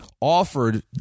offered